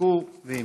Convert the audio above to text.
חזקו ואמצו.